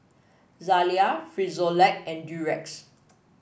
Zalia Frisolac and Durex